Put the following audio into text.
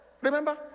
Remember